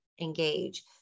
engage